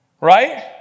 Right